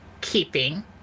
keeping